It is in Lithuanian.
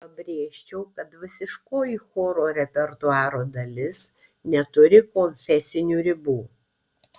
pabrėžčiau kad dvasiškoji choro repertuaro dalis neturi konfesinių ribų